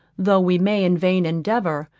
though we may in vain endeavour,